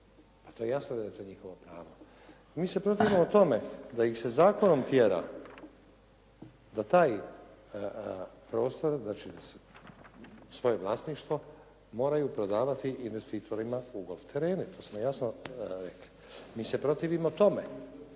Pa to je jasno da je to njihovo pravo. Mi se protivimo tome da ih se zakonom tjera da taj prostor, znači da svoje vlasništvo moraju prodavati investitorima u golf terene. To smo jasno rekli. Mi se protivimo tome